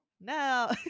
No